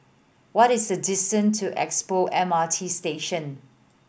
what is the distance to Expo M R T Station